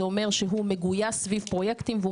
זה אומר שהוא מגויס סביב פרויקטים והוא